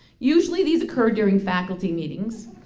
usually these occur during faculty meetings,